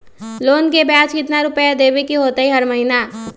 Loan के ब्याज कितना रुपैया देबे के होतइ हर महिना?